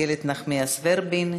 איילת נחמיאס ורבין,